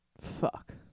fuck